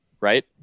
right